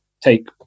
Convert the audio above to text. take